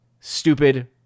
...stupid